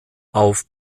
auf